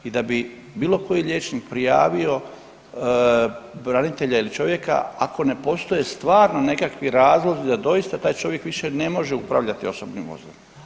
I da bi bilo koji liječnik prijavio branitelja ili čovjeka ako ne postoje stvarno nekakvi razlozi da doista taj čovjek više ne može upravljati osobnim vozilom.